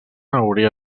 hauria